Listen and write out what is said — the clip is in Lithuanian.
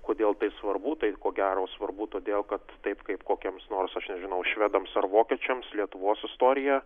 kodėl tai svarbu tai ko gero svarbu todėl kad taip kaip kokiems nors aš žinau švedams ar vokiečiams lietuvos istorija